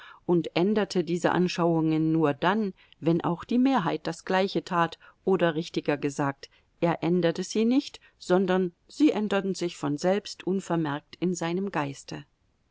und änderte diese anschauungen nur dann wenn auch die mehrheit das gleiche tat oder richtiger gesagt er änderte sie nicht sondern sie änderten sich von selbst unvermerkt in seinem geiste